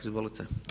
Izvolite.